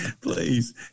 please